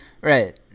Right